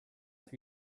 that